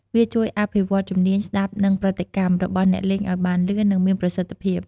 វាជួយអភិវឌ្ឍជំនាញ ស្តាប់ និងប្រតិកម្ម របស់អ្នកលេងឱ្យបានលឿន និងមានប្រសិទ្ធភាព។